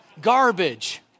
garbage